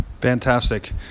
Fantastic